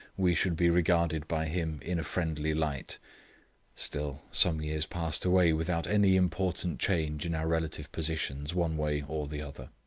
we should be regarded by him in a friendly light still, some years passed away without any important change in our relative positions, one way or the other.